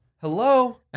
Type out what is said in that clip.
hello